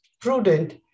prudent